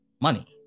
money